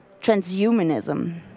transhumanism